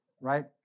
right